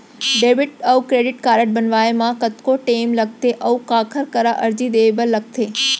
Debit अऊ credit card बनवाए मा कतका टेम लगथे, अऊ काखर करा अर्जी दे बर लगथे?